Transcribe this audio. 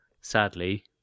sadly